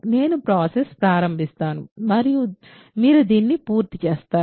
నేను ప్రాసెస్ ప్రారంభిస్తాను మరియు మీరు దాన్ని పూర్తి చేస్తారు